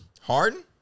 Harden